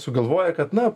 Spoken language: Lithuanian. sugalvoja kad na